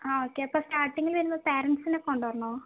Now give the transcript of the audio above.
ആ ഓക്കേ അപ്പോൾ സ്റ്റാർട്ടിങ്ങിൽ വരുമ്പോൾ പാരെന്റ്സിനെ കൊണ്ടുവരണോ